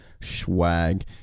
swag